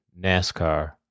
NASCAR